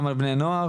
גם על בני נוער.